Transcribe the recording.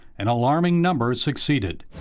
an alarming number succeeded.